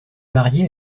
marié